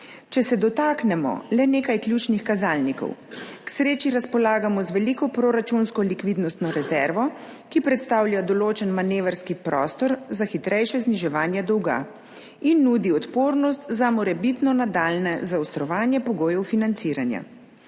Če se dotaknemo le nekaj ključnih kazalnikov. K sreči razpolagamo z veliko proračunsko likvidnostno rezervo, ki predstavlja določen manevrski prostor za hitrejše zniževanje dolga in nudi odpornost za morebitno nadaljnje zaostrovanje pogojev financiranja.